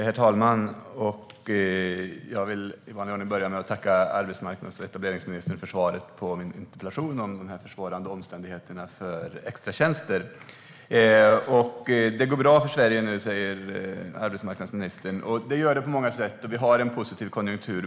Herr talman! Jag vill i vanlig ordning börja med att tacka arbetsmarknads och etableringsministern för svaret på min interpellation om de försvårande omständigheterna för extratjänster. Det går bra för Sverige nu, säger arbetsmarknadsministern. Det gör det på många sätt, och vi har en positiv konjunktur.